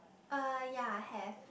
uh ya have